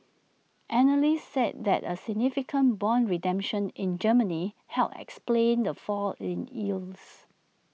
analysts said that A significant Bond redemption in Germany helped explain the fall in yields